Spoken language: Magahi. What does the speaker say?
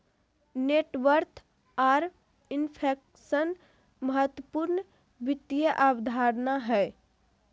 नेटवर्थ आर इन्फ्लेशन महत्वपूर्ण वित्त अवधारणा हय